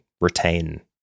retain